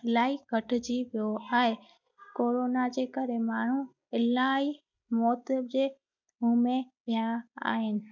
अलाई घटिजी वियो आहे कोरोना जे करे माण्हू अलाई मौत जे मुंह में विया आहिनि